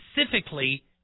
specifically